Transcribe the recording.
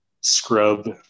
scrub